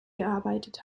gearbeitet